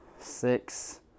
six